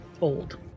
old